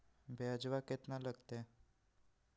ब्यजवा केतना लगते?